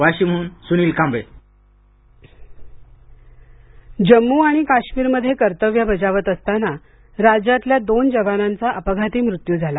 वाशिम हुन सुनील कांबळे शहिद जम्मू आणि काश्मीरमध्ये कर्तव्य बजावत असताना राज्यातल्या दोन जवानांचा अपघाती मृत्यू झाला